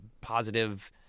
positive